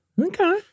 Okay